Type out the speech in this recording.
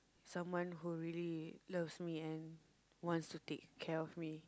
someone who really loves me and wants to take care of me